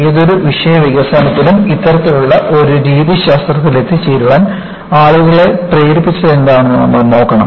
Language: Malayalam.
ഏതൊരു വിഷയവികസനത്തിലും ഇത്തരത്തിലുള്ള ഒരു രീതിശാസ്ത്രത്തിൽ എത്തിച്ചേരാൻ ആളുകളെ പ്രേരിപ്പിച്ചതെന്താണെന്ന് നമ്മൾ നോക്കണം